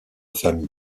famille